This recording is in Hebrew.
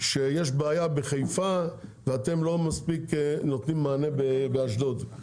שיש בעיה בחיפה ואתם לא מספיק נותנים מענה באשדוד.